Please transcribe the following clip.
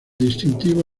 distintivo